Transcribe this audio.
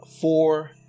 four